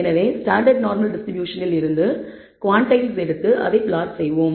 எனவே standard normal டிஸ்ட்ரிபியூஷனில் இருந்து குவாண்டைல்ஸ் எடுத்து அதை பிளாட் செய்வோம்